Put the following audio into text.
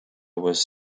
was